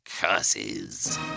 curses